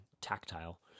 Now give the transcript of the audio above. tactile